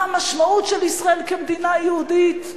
מה המשמעות של ישראל כמדינה יהודית?